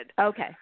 Okay